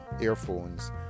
earphones